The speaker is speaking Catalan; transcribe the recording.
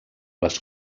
les